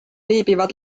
viibivad